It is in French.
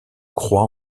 croix